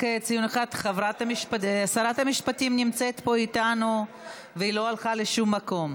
רק ציון אחד: שרת המשפטים נמצאת פה איתנו והיא לא הלכה לשום מקום.